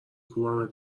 کوبمت